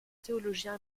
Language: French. théologien